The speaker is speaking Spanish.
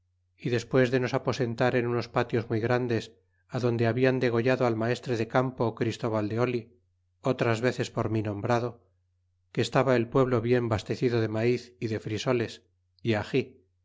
y despues de nos aposentar en unos patios muy grandes adonde habian degollado al maestre de campo christóbal de oli otras veces por mi nombrado que estaba el pueblo bien bastecido de maiz y de frisoles y